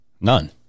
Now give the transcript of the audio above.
none